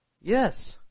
yes